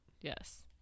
Yes